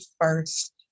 first